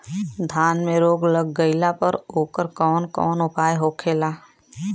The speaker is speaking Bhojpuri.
धान में रोग लग गईला पर उकर कवन कवन उपाय होखेला?